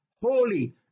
holy